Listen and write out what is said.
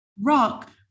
rock